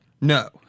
No